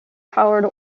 powered